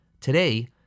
Today